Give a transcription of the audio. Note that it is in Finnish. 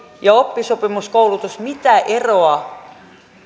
ja oppisopimuskoulutus mitä eroa